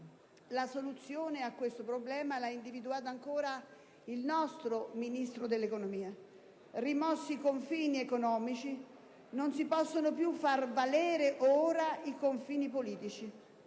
La soluzione a questo problema l'ha individuata ancora il nostro Ministro dell'economia: «Rimossi i confini economici, non si possono più far valere ora i confini politici».